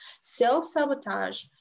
Self-sabotage